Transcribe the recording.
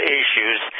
issues